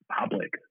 public